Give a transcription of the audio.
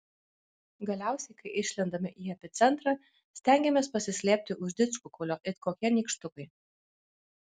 galiausiai kai išlendame į epicentrą stengiamės pasislėpti už didžkukulio it kokie nykštukai